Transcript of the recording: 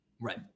Right